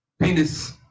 Penis